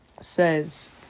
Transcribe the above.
says